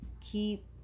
keep